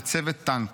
לצוות טנק.